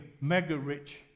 mega-rich